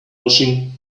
washing